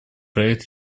проект